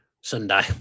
Sunday